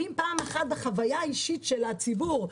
ואם פעם אחת החוויה האישית של הציבור היא